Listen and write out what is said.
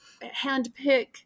handpick